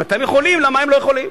אם אתם יכולים, למה הם לא יכולים?